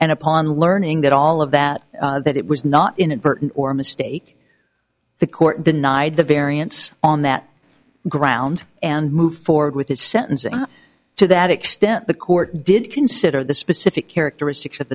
and upon learning that all of that that it was not inadvertent or mistake the court denied the variance on that ground and move forward with his sentencing to that extent the court did consider the specific characteristics of